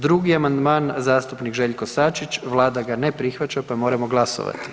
Drugi amandman, zastupnik Željko Sačić, Vlada ga ne prihvaća pa moramo glasovati.